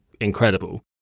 incredible